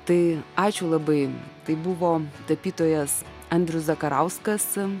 tai ačiū labai tai buvo tapytojas andrius zakarauskas